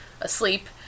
asleep